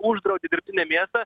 uždraudė dirbtinę mėsą